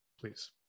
please